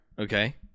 okay